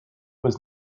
was